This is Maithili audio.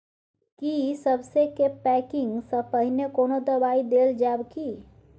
की सबसे के पैकिंग स पहिने कोनो दबाई देल जाव की?